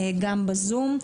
גם בזום,